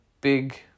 big